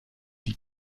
die